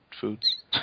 foods